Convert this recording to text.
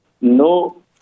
no